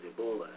Ebola